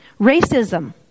Racism